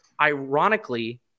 Ironically